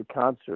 concert